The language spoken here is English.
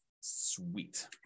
Sweet